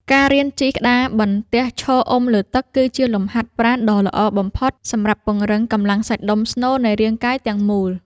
ការរៀនជិះក្តារបន្ទះឈរអុំលើទឹក គឺជាលំហាត់ប្រាណដ៏ល្អបំផុតសម្រាប់ពង្រឹងកម្លាំងសាច់ដុំស្នូលនៃរាងកាយទាំងមូល។